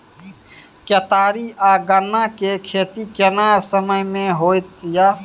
केतारी आ गन्ना के खेती केना समय में होयत या?